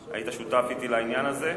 היית שותף אתי לעניין הזה.